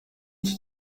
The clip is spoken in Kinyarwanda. iki